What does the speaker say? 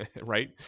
right